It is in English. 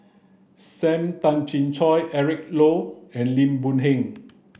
Sam Tan Chin Siong Eric Low and Lim Boon Heng